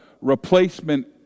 replacement